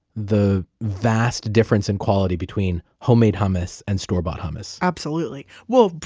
the vast difference in quality between homemade hummus and store-bought hummus absolutely. well,